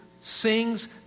sings